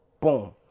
Boom